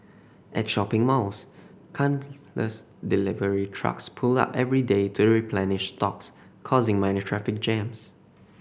at shopping malls countless delivery trucks pull up every day to replenish stocks causing minor traffic jams